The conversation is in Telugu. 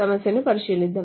సమస్యను పరిశీలిస్తాము